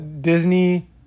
Disney